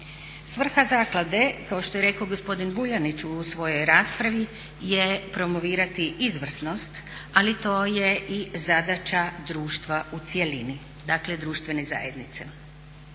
Svrha zaklade, kao što je rekao gospodin Vuljanić u svojoj raspravi je promovirati izvrsnost ali to je i zadaća društva u cjelini, dakle društvene zajednice.